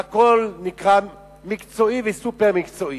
והכול נקרא מקצועי וסופר-מקצועי.